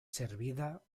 servida